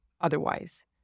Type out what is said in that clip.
otherwise